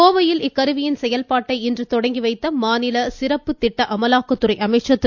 கோவையில் இக்கருவியின் செயல்பாட்டை இன்று தொடங்கி வைத்த மாநில சிறப்பு திட்ட அமலாக்கத்துறை அமைச்சர் திரு